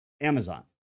Amazon